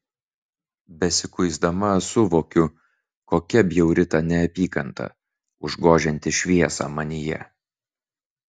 besikuisdama suvokiu kokia bjauri ta neapykanta užgožianti šviesą manyje